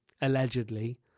allegedly